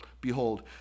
behold